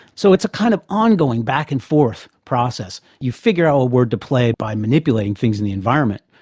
so it's a kind of ongoing back and forth process. you figure out a word to play by manipulating things in the environment.